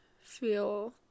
feel